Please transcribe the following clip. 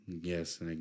Yes